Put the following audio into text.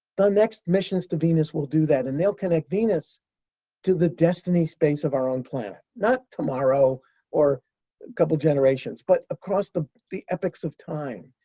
the next missions to venus will do that, and they'll connect venus to the destiny space of our own planet. not tomorrow or a couple generations, but across the the epochs of time.